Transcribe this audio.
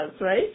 right